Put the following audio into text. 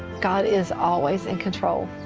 god is always in control.